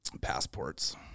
passports